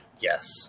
yes